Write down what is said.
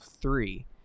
three